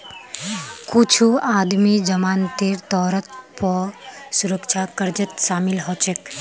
कुछू आदमी जमानतेर तौरत पौ सुरक्षा कर्जत शामिल हछेक